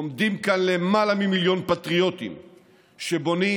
עומדים כאן למעלה ממיליון פטריוטים שבונים,